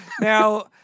now